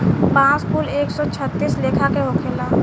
बांस कुल एक सौ छत्तीस लेखा के होखेला